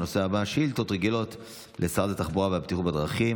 שאילתות רגילות לשרת התחבורה והבטיחות בדרכים.